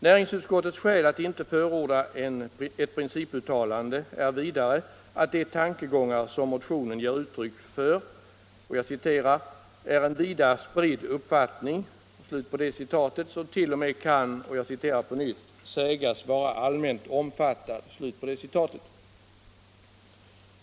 Näringsutskottets skäl att inte förorda ett principuttalande är vidare att de tankegångar, som motionen ger uttryck för, utgör ”en vida spridd uppfattning” som t.o.m. kan ”sägas vara allmänt omfattad”.